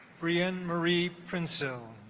brienne marie prince ooh